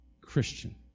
Christian